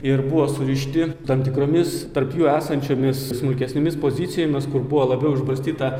ir buvo surišti tam tikromis tarp jų esančiomis smulkesnėmis pozicijomis kur buvo labiau išbarstyta